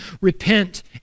repent